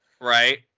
Right